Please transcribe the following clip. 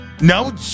No